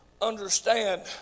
understand